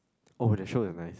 oh the show is nice